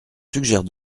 suggère